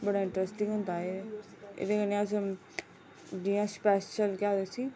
बड़ा इंट्रसटिंग होदा ऐते अश बस केह् आखदे उसी